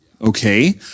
okay